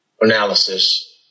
analysis